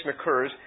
occurs